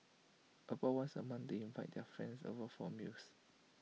about once A month they invite their friends over for meals